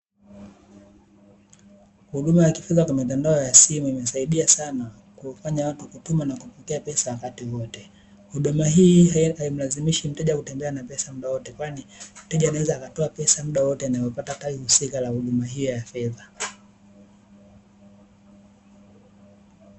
Huduma ya kifedha kwa mitandao ya simu husaidia sana kutuma na kupokea pesa wakati wowote, huduma hii haimlazimishi mteja kutembea na pesa muda wote, kwani mteja anaweza kutoa pesa muda wowote anaopata tawi husika la huduma hii ya fedha.